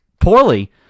poorly